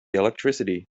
electricity